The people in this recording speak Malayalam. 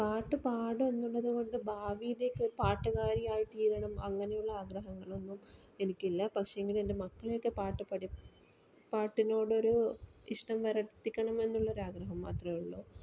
പാട്ടു പാടും എന്നുള്ളതുകൊണ്ട് ഭാവിയിലേക്കൊരുപാട്ടുകാരിയായി തീരണം അങ്ങനെയുള്ള ആഗ്രഹങ്ങളൊന്നും എനിക്കില്ല പക്ഷേങ്കില് എൻ്റെ മക്കളെയൊക്കെ പാട്ട്പഠിപ്പ പാട്ടിനോടൊരു ഇഷ്ടം വരുത്തിക്കണം എന്നുള്ളൊരു ആഗ്രഹം മാത്രമേ ഉള്ളു